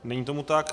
Není tomu tak.